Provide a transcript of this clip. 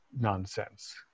nonsense